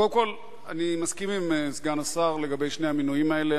קודם כול אני מסכים עם סגן השר לגבי שני המינויים האלה.